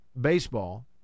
baseball